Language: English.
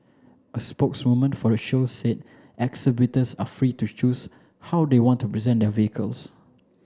a spokeswoman for the show said exhibitors are free to choose how they want to present their vehicles